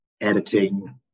editing